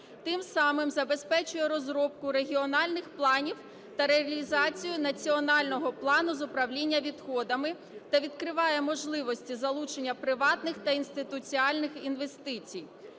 тим самим забезпечує розробку регіональних планів та реалізацію національного плану з управління відходами, та відкриває можливості залучення приватних та інституціальних інвестицій.